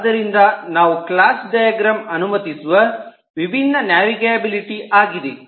ಆದ್ದರಿಂದ ಇವು class diagram ಅನುಮತಿಸುವ ವಿಭಿನ್ನ ನ್ಯಾವಿಗಬಿಲಿಟಿ ಆಗಿದೆ